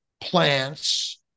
plants